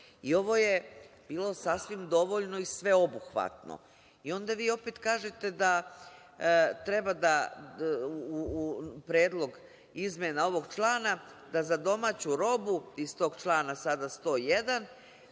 robe. Ovo je bilo sasvim dovoljno i sveobuhvatno. Onda vi opet kažete da treba da u predlog izmena ovog člana, da za domaću robu, iz tog člana sada 101. koja